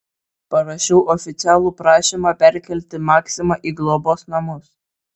parašiau oficialų prašymą perkelti maksimą į globos namus